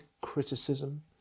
criticism